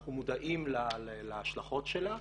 ואנחנו מודעים להשלכות שלה,